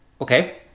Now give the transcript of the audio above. Okay